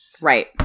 Right